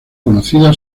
conocida